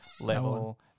level